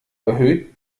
erhöht